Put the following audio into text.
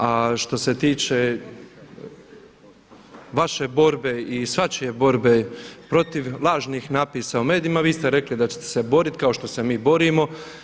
A što se tiče vaše borbe i svačije borbe protiv lažnih natpisa u medijima vi ste rekli da ćete se boriti kao što se i mi borimo.